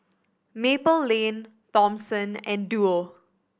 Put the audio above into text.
Maple Lane Thomson and Duo